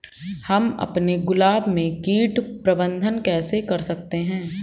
हम अपने गुलाब में कीट प्रबंधन कैसे कर सकते है?